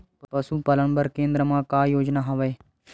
पशुपालन बर केन्द्र म का योजना हवे?